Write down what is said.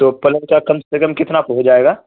تو پلک کا کم سے کم کتنا پ ہو جائے گا